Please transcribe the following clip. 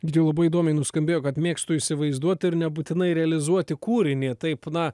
gyti jau labai įdomiai nuskambėjo kad mėgstu įsivaizduot ir nebūtinai realizuoti kūrinį taip na